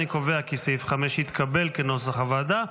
אני קובע כי סעיף 5 התקבל כנוסח הוועדה,